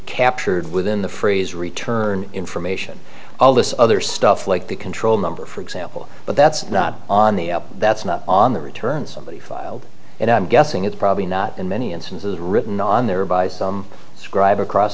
captured within the phrase return information all this other stuff like the control number for example but that's not on the that's not on the return somebody filed and i'm guessing it's probably not in many instances written on there by some scr